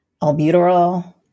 albuterol